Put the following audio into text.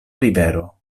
rivero